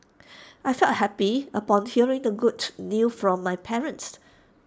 I felt happy upon hearing the good news from my parents